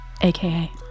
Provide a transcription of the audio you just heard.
aka